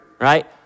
right